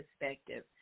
perspective